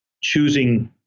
choosing